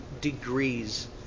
degrees